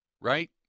right